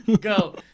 go